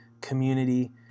community